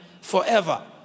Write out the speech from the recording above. forever